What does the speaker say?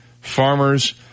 farmers